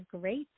great